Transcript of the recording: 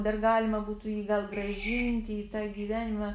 dar galima būtų jį gal grąžinti į tą gyvenimą